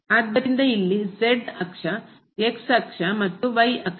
ಆದ್ದರಿಂದ ಇಲ್ಲಿ ಅಕ್ಷ ಅಕ್ಷ ಮತ್ತು ಅಕ್ಷ